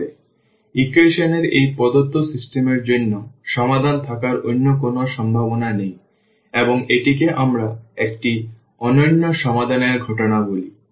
সুতরাং ইকুয়েশন এর এই প্রদত্ত সিস্টেম এর জন্য সমাধান থাকার অন্য কোনও সম্ভাবনা নেই এবং এটিকে আমরা একটি অনন্য সমাধানের ঘটনা বলি